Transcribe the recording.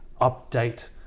update